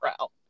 out